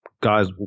guys